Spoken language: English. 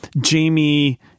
Jamie